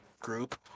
group